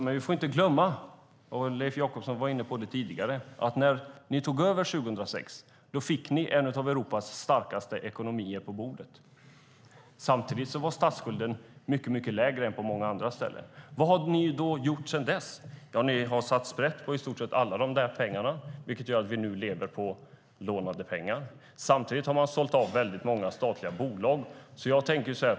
Men vi får inte glömma det som Leif Jakobsson var inne på tidigare, nämligen att när ni tog över 2006 fick ni en av Europas starkaste ekonomier till skänks. Statsskulden var mycket lägre än på många andra ställen. Vad har ni gjort sedan dess? Ni har satt sprätt på i stort sett alla pengar, vilket gör att vi lever på lånade pengar. Samtidigt har ni sålt av många statliga bolag.